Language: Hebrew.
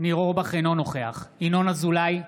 אינו נוכח ינון אזולאי,